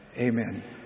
amen